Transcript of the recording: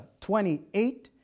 28